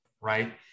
right